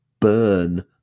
burn